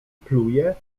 pluje